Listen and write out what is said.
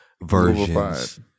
versions